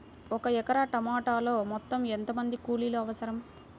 ఒక ఎకరా టమాటలో మొత్తం ఎంత మంది కూలీలు అవసరం?